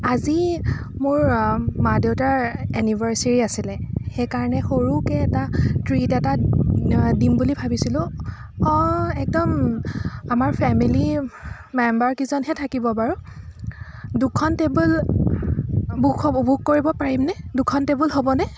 আজি মোৰ মা দেউতাৰ এনিভাৰ্ছেৰি আছিলে সেইকাৰণে সৰুকৈ এটা ট্ৰিট এটা দিম বুলি ভাবিছিলোঁ একদম আমাৰ ফেমেলী মেম্বাৰ কিজন হে থাকিব বাৰু দুখন টেবুল বুক হ'ব বুক কৰিব পাৰিম নে দুখন টেবুল হ'বনে